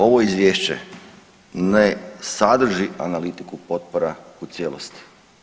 Ovo izvješće ne sadrži analitiku potpora u cijelosti.